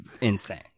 insane